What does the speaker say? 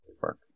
work